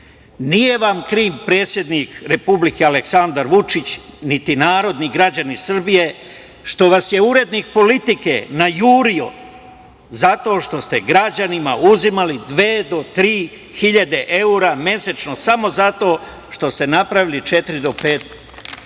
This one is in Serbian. nije vam kriv predsednik republike Aleksandar Vučić, niti narod, ni građani Srbije, što vas je urednik „Politike“ najurio zato što ste građanima uzimali dve do tri hiljade evra mesečno, samo zato što ste napravili četiri do pet